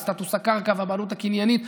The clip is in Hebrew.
וסטטוס הקרקע והבעלות הקניינית.